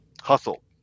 hustle